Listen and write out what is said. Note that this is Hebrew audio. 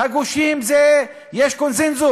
על הגושים יש קונסנזוס.